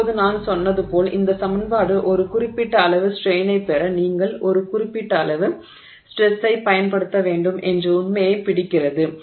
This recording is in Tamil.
இப்போது நான் சொன்னது போல் இந்த சமன்பாடு ஒரு குறிப்பிட்ட அளவு ஸ்ட்ரெய்னைப் பெற நீங்கள் ஒரு குறிப்பிட்ட அளவு ஸ்ட்ரெஸ்ஸைப் பயன்படுத்த வேண்டும் என்ற உண்மையைப் பிடிக்கிறது